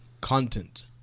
content